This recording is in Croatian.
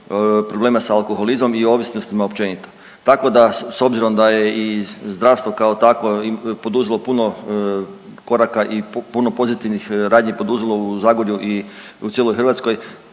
problema s alkoholizmom i ovisnostima općenito. Tako da s obzirom da je i zdravstvo kao takvo poduzelo puno koraka i puno pozitivnih radnji je poduzelo u Zagorju i cijeloj Hrvatskoj,